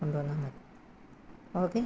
കൊണ്ടുവന്നാൽ മതി ഓക്കെ